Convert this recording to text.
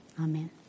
amen